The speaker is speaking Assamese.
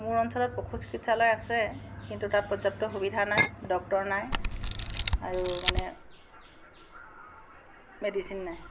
মোৰ অঞ্চলত পশু চিকিৎসালয় আছে কিন্তু তাত পৰ্যাপ্ত সুবিধা নাই ডক্টৰ নাই আৰু মানে মেডিচিন নাই